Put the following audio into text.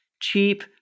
cheap